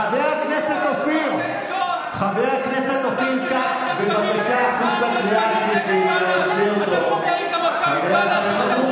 משפחות שכולות, ואתה סוגר איתם עכשיו, עם בל"ד?